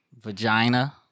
vagina